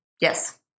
Yes